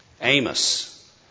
Amos